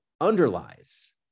underlies